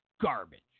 garbage